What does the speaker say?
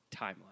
timeline